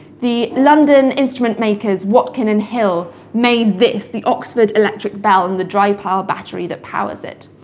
the london instrument makers watkin and hill made this the oxford electric bell and the dry pile battery that powers it.